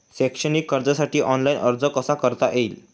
शैक्षणिक कर्जासाठी ऑनलाईन अर्ज कसा करता येईल?